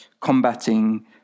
combating